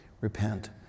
repent